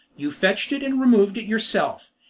you fetched it and removed it yourself,